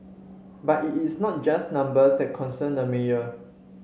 but it is not just numbers that concern the mayor